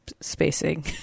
spacing